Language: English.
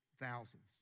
Thousands